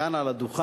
כאן על הדוכן,